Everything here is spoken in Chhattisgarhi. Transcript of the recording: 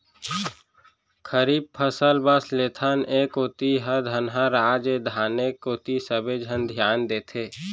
खरीफ फसल बस लेथन, ए कोती ह धनहा राज ए धाने कोती सबे झन धियान देथे